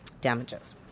damages